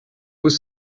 was